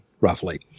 roughly